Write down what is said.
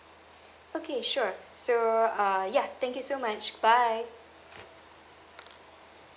okay sure so uh ya thank you so much bye